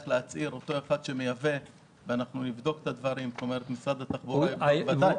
יצטרך להצהיר ואנחנו במשרד התחבורה נבדוק את הדברים.